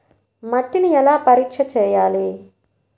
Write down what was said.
మట్టిని ఎలా పరీక్ష చేయాలి?